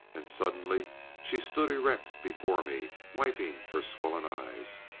and suddenly she stood erect before me, wiping her swollen eyes.